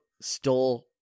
stole